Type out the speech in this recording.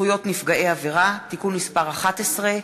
זכויות נפגעי עבירה (תיקון מס' 11),